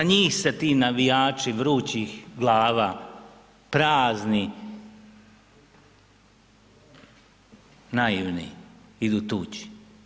Za njih se ti navijači vrućih glava, praznih, naivni, idu tuči.